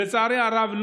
לצערי הרב,